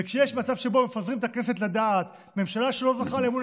וכשיש מצב שבו מפזרים את הכנסת לדעת ממשלה שלא זכתה לאמון